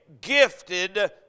gifted